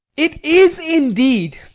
it is indeed.